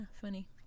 funny